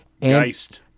Geist